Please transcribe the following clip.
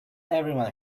everyone